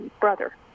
brother